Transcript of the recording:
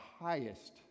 highest